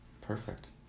Perfect